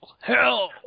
hell